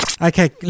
okay